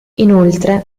inoltre